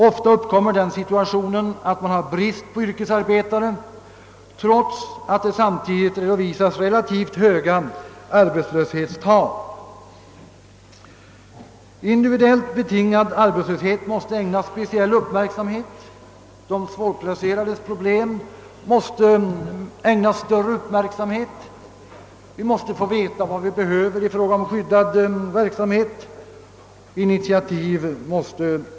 Ofta föreligger den situationen att man har brist på yrkesarbetare samtidigt som det redovisas relativt höga arbetslöshetstal. Individuellt betingad arbetslöshet och frågan om de svårplacerades problem måste ägnas speciell uppmärksamhet. Vi behöver t.ex. få veta behovet av s.k. skyddad verksamhet.